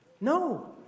No